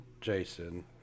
Jason